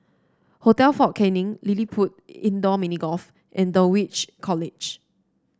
Hotel Fort Canning LilliPutt Indoor Mini Golf and Dulwich College